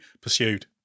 pursued